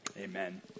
amen